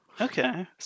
Okay